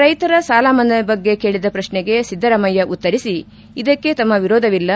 ರೈತರ ಸಾಲಮನ್ನಾ ಬಗ್ಗೆ ಕೇಳಿದ ಪ್ರಶ್ನೆಗೆ ಸಿದ್ದರಾಮಯ್ಯ ಉತ್ತರಿಸಿ ಇದಕ್ಕೆ ತಮ್ಮ ವಿರೋಧವಿಲ್ಲ